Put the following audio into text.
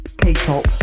K-Pop